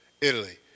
Italy